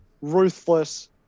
ruthless